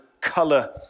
color